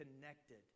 connected